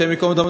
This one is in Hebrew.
השם ייקום דמו,